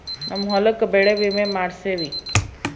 ನಮ್ ಹೊಲಕ ಬೆಳೆ ವಿಮೆ ಮಾಡ್ಸೇವಿ